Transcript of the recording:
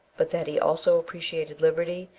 but that he also appreciated liberty,